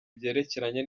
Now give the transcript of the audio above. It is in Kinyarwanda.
byerekeranye